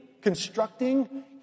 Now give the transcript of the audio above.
constructing